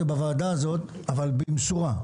בוועדה הזו, אבל במשורה.